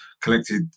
collected